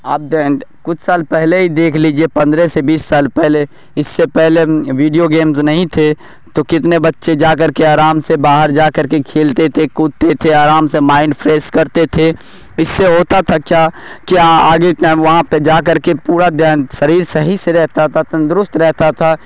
آپ کچھ سال پہلے ہی دیکھ لیجیے پندرہ سے بیس سال پہلے اس سے پہلے ویڈیو گیمس نہیں تھے تو کتنے بچے جا کر کے آرام سے باہر جا کر کے کھیلتے تھے کودتے تھے آرام سے مائنڈ فریس کرتے تھے اس سے ہوتا تھا کیا کہ آگے وہاں پہ جا کر کے پورا شریر صحیح سے رہتا تھا تندرست رہتا تھا